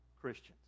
Christians